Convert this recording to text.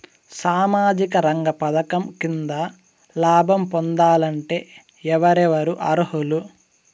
సామాజిక రంగ పథకం కింద లాభం పొందాలంటే ఎవరెవరు అర్హులు?